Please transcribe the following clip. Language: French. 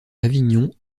avignon